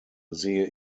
sehe